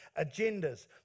agendas